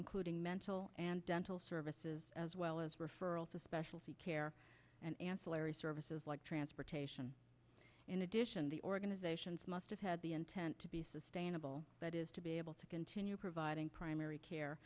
including mental and dental services as well as referral to specialty care and ancillary services like transportation in addition the organizations must have had the intent to be sustainable that is to be able to continue providing primary care